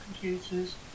computers